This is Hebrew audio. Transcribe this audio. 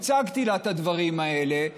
והצגתי לה את הדברים האלה.